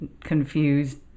confused